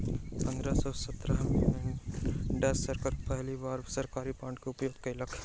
पंद्रह सौ सत्रह में डच सरकार पहिल बेर सरकारी बांड के उपयोग कयलक